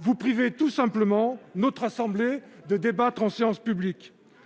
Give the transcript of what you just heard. Vous privez tout simplement notre assemblée de pouvoir débattre en séance publique.